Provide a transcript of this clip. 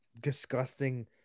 disgusting